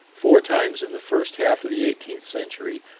four times in the first half of the eighteenth century,